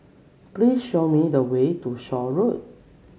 please show me the way to Shaw Road